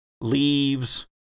leaves